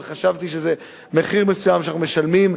אבל חשבתי שזה מחיר מסוים שאנחנו משלמים.